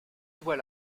doit